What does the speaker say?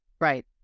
right